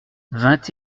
vingt